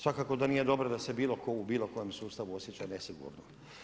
Svakako da nije dobro da se bilo tko u bilokojem sustavu osjeća nesigurno.